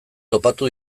topatu